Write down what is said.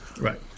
Right